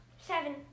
Seven